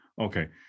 Okay